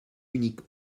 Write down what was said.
unique